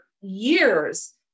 years